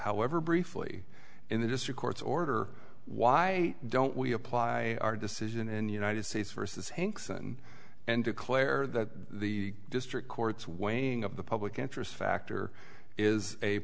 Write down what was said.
however briefly in the district court's order why don't we apply our decision in united states versus hanks and and declare the district courts weighing of the public interest factor is a